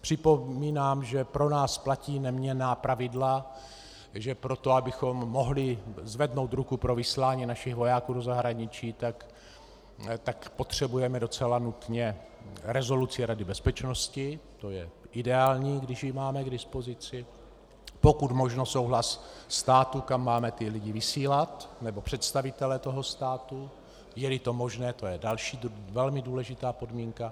Připomínám, že pro nás platí neměnná pravidla, že pro to, abychom mohli zvednou ruku pro vyslání našich vojáků do zahraničí, potřebujeme docela nutně rezoluci Rady bezpečnosti, to je ideální, když ji máme k dispozici, pokud možno souhlas státu, kam máme lidi vysílat, nebo představitele státu, jeli to možné, to je další velmi důležitá podmínka.